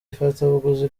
ifatabuguzi